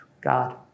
God